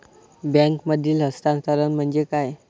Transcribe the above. बँकांमधील हस्तांतरण म्हणजे काय?